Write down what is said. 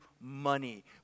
money